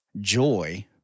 joy